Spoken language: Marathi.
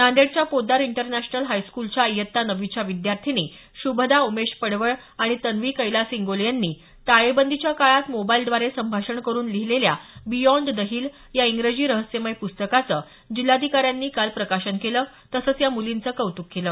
नादेडच्या पोद्दार इन्टरनॅशनल हायस्कुलच्या इयत्ता नववीच्या विद्यार्थिनी श्रभदा उमेश पडवळ आणि तन्वी कैलास इंगोले यांनी टाळेबंदीच्या काळात मोबाईलद्वारे संभाषण करून लिहिलेल्या बियॉण्ड द हील या इंग्रजी रहस्यमय प्स्तकाचं जिल्हाधिकारी डॉ ईटनकर यांनी काल प्रकाशन केल तसंच या मुलींच कौतुक केल